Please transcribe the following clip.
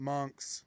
Monks